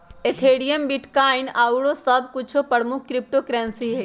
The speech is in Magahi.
एथेरियम, बिटकॉइन आउरो सभ कुछो प्रमुख क्रिप्टो करेंसी हइ